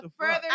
further